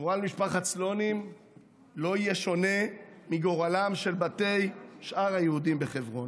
גורל משפחת סלונים לא יהיה שונה מגורלם של בתי שאר היהודים חברון".